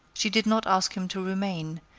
she did not ask him to remain,